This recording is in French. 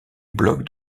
blog